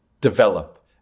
develop